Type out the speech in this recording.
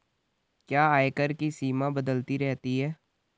क्या आयकर की सीमा बदलती रहती है?